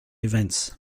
events